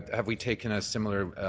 have we taken a similar